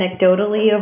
anecdotally